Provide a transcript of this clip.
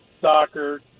soccer